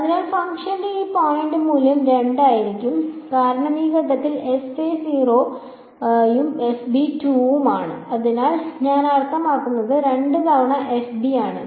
അതിനാൽ ഫംഗ്ഷന്റെ ഈ പോയിന്റിലെ മൂല്യം 2 ആയിരിക്കും കാരണം ഈ ഘട്ടത്തിൽ fa 0 ഉം fb 2 ഉം ആണ് അതിനാൽ ഞാൻ അർത്ഥമാക്കുന്നത് 2 തവണ fb ആണ്